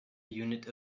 unit